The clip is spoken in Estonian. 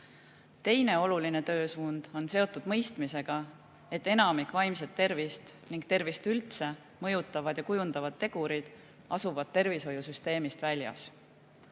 Teine oluline töösuund on seotud mõistmisega, et enamik vaimset tervist ning tervist üldse mõjutavaid ja kujundavaid tegureid asub tervishoiusüsteemist väljas.